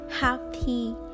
happy